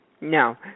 No